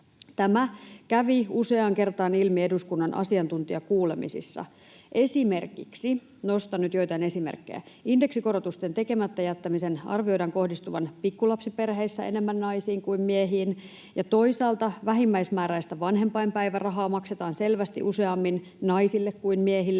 Tämä kävi useaan kertaan ilmi eduskunnan asiantuntijakuulemisissa. Esimerkiksi — nostan nyt joitain esimerkkejä — indeksikorotusten tekemättä jättämisen arvioidaan kohdistuvan pikkulapsiperheissä enemmän naisiin kuin miehiin, ja toisaalta vähimmäismääräistä vanhempainpäivärahaa maksetaan selvästi useammin naisille kuin miehille.